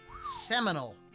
seminal